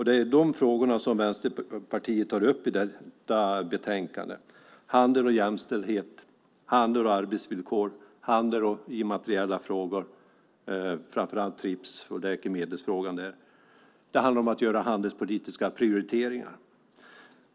Det är de frågorna som Vänsterpartiet tar upp i detta betänkande: handel och jämställdhet, handel och arbetsvillkor, handel och immateriella frågor, framför allt TRIPS och läkemedelsfrågan. Det handlar om att göra handelspolitiska prioriteringar.